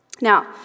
Now